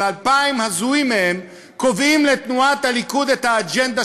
אבל אלפיים הזויים מהם קובעים לתנועת הליכוד את האג'נדה